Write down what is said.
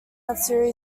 matsuri